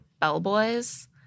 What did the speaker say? bellboys